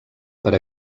per